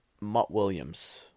Mutt-Williams